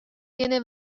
tiene